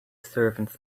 servants